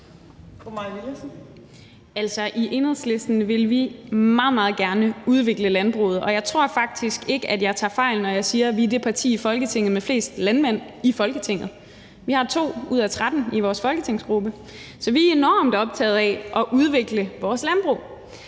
I Enhedslisten vil vi meget, meget gerne udvikle landbruget, og jeg tror faktisk ikke, at jeg tager fejl, når jeg siger, at vi er det parti i Folketinget med flest landmænd. Vi har 2 ud af 13 i vores folketingsgruppe, der er det, så vi er enormt optaget af at udvikle landbruget.